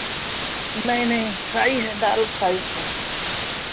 नहीं नहीं फ्राई है दाल फ्राई है